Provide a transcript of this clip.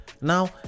Now